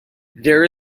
there